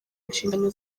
inshingano